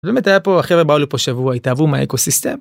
באמת היה פה, החברה באו לפה שבוע התאהבו מהאקוסיסטם.